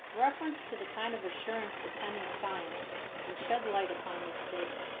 reference to the kind of assurance attending science will shed light upon this statement.